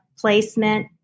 placement